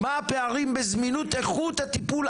מה הפערים בזמינות איכות הטיפול,